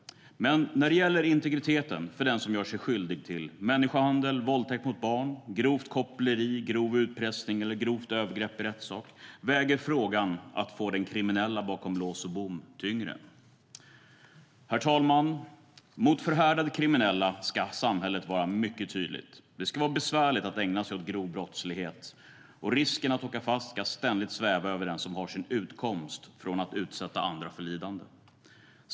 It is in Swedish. Men när det gäller integriteten för den som gör sig skyldig till människohandel, våldtäkt mot barn, grovt koppleri, grov utpressning eller grovt övergrepp i rättssak väger frågan att få den kriminella personen bakom lås och bom tyngre. Herr talman! Mot förhärdade kriminella ska samhället vara mycket tydligt. Det ska vara besvärligt att ägna sig åt grov brottslighet, och risken att åka fast ska ständigt sväva över den som har sin utkomst från att utsätta andra för lidande.